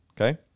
Okay